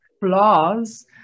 flaws